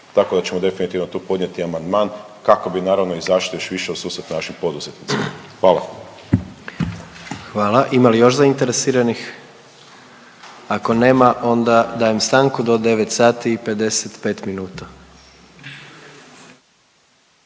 tako da ćemo definitivno tu podnijeti amandman kako bi naravno izašli još više u susret našim poduzetnicima, hvala. **Jandroković, Gordan (HDZ)** Hvala. Ima li još zainteresiranih? Ako nema onda dajem stanku do 9 sati